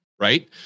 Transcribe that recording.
right